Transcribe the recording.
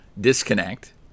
disconnect